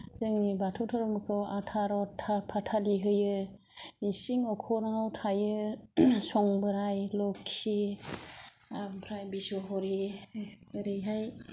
जोंनि बाथौ धोरोमखौ आथार'था फाथालि होयो इसिं न'खराव थायो संबोराइ लक्षि ओमफ्राय बिस्वहरि ओरैहाय